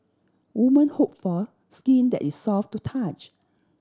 women hope for skin that is soft to touch